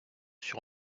sur